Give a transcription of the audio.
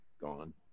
Gone